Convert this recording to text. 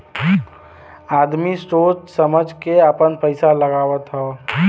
आदमी सोच समझ के आपन पइसा लगावत हौ